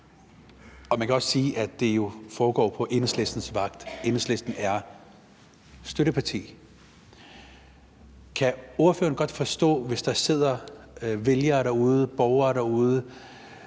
og man kan også sige, at det jo foregår på Enhedslistens vagt, for Enhedslisten er støtteparti. Kan ordføreren godt forstå, hvis der sidder nogle vælgere og borgere derude,